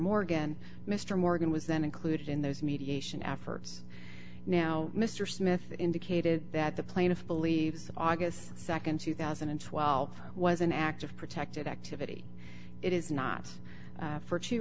morgan mr morgan was then included in those mediation efforts now mr smith indicated that the plaintiff believes august nd two thousand and twelve was an act of protected activity it is not for two